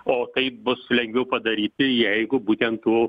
o kaip bus lengviau padaryti jeigu būtent tų